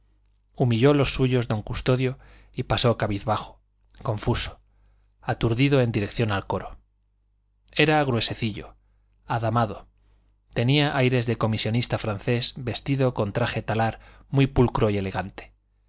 humilló los suyos don custodio y pasó cabizbajo confuso aturdido en dirección al coro era gruesecillo adamado tenía aires de comisionista francés vestido con traje talar muy pulcro y elegante